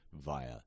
via